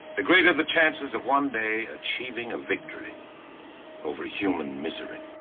the greater the chances of one day achieving a victory over human misery.